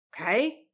Okay